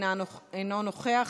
אינו נוכח,